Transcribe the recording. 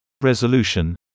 resolution